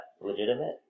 legitimate